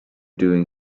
doing